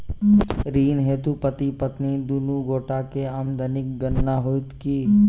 ऋण हेतु पति पत्नी दुनू गोटा केँ आमदनीक गणना होइत की?